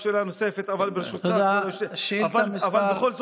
נוסיף כי בהליכי הפיקוח לוקחים חלק גורמי